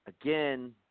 again